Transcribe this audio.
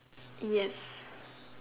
yes